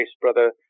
brother